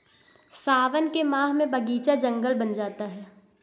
सावन के माह में बगीचा जंगल बन जाता है